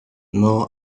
now